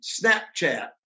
Snapchat